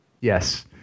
Yes